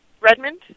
Redmond